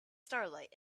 starlight